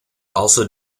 also